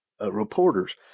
reporters